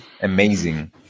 amazing